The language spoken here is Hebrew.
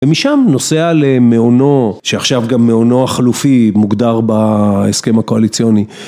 ומשם נוסע למעונו, שעכשיו גם מעונו החלופי מוגדר בהסכם הקואליציוני.